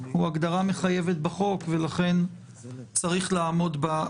הוא הגדרה מחייבת בחוק שצריך לעמוד בה.